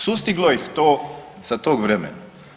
Sustiglo ih to sa tog vremena.